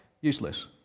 Useless